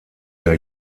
der